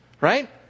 right